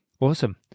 Awesome